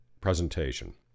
presentation